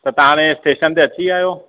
त तव्हां हाणे स्टेशन ते अची विया आहियो